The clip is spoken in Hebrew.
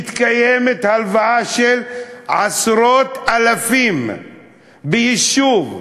מתקיימת הלוויה של עשרות אלפים ביישוב,